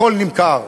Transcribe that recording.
הכול נמכר.